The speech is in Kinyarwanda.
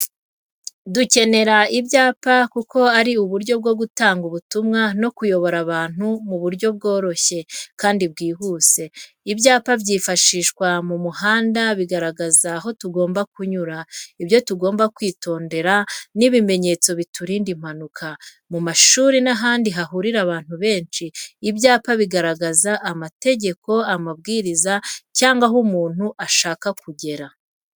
Dukenera ibyapa kuko ari uburyo bwo gutanga ubutumwa no kuyobora abantu mu buryo bworoshye kandi bwihuse. Ibyapa byifashishwa mu muhanda bigaragaza aho tugomba kunyura, ibyo tugomba kwitondera, n’ibimenyetso biturinda impanuka. Mu mashuri n’ahandi hahurira abantu benshi, ibyapa bigaragaza amategeko, amabwiriza cyangwa aho umuntu ashaka kugera.